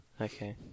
Okay